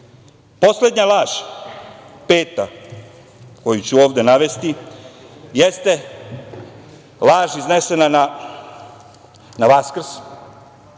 tome. Poslednja laž, peta, koju ću ovde navesti, jeste laž iznesena na Vaskrs,